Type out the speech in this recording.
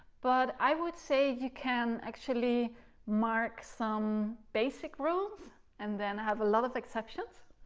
but i would say you can actually mark some basic rules and then have a lot of exceptions.